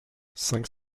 cinq